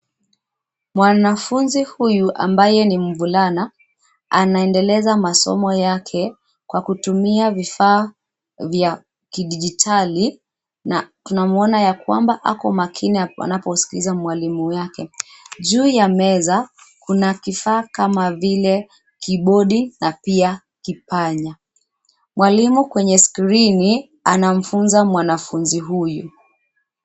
Mwanafunzi huyu ambaye ni mvulana, anaendeleza masomo yake, kwa kutumia vifaa, vya, kidijitali, na, tunamwona ya kwamba ako makini wanaposkiza mwalimu wake, juu ya meza, kuna kifaa kama vile, kibodi na pia, kipanya, mwalimu kwenye skrini, anamfunza mwanafunzi huyu.